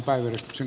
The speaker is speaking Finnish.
kiitos